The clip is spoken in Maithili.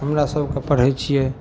हमरासबके पढ़ै छियै